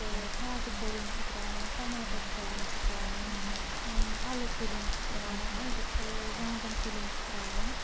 ہاکہٕ ژۄدین چھِ تراوَان ٹماٹر ژۄدین چھِ تراوَان اَلہٕ کُلین چھِ تراوَان وانگن کُلین چھِ تراوَان